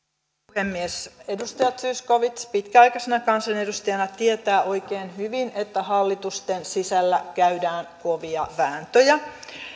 puhemies edustaja zyskowicz pitkäaikaisena kansanedustajana tietää oikein hyvin että hallitusten sisällä käydään kovia vääntöjä